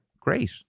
great